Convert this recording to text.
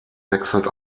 wechselt